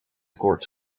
koorts